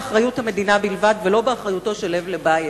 להיעשות באחריות המדינה בלבד ולא באחריותו של לב לבייב,